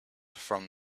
from